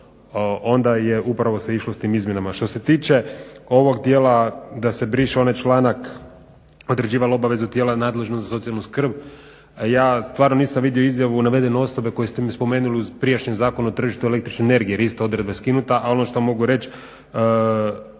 onda je upravo se išlo sa tim izmjenama. Što se tiče ovog dijela da se briše onaj članak određivalo obavezu tijela nadležno za socijalnu skrb ja stvarno nisam vidio izjavu navedene osobe koju ste mi spomenuli u prijašnjem Zakonu o tržištu električne energije. …/Govornik se ne razumije./… odredbe je skinuta, a ono što mogu reći